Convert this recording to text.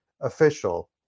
Official